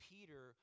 Peter